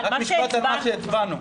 משפט על מה שהצבענו.